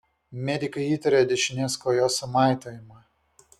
medikai įtarė dešinės kojos sumaitojimą